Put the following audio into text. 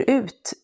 ut